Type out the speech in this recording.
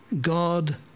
God